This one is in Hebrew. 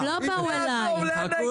הם לא באו אלי,